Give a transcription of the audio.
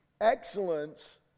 Excellence